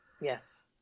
Yes